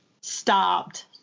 stopped